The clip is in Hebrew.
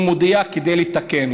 הוא מודיע כדי לתקן.